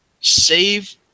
save